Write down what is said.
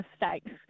mistakes